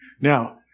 Now